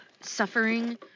suffering